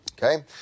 Okay